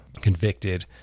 convicted